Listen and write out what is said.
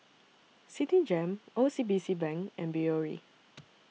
Citigem O C B C Bank and Biore